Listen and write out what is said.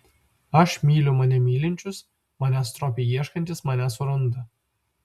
aš myliu mane mylinčius manęs stropiai ieškantys mane suranda